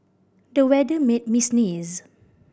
the weather made me sneeze